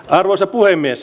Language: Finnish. arvoisa puhemies